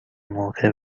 موقع